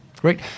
Great